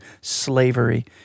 slavery